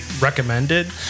recommended